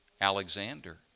Alexander